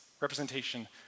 representation